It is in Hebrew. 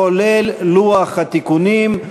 כולל לוח התיקונים,